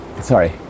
sorry